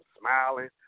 smiling